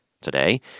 Today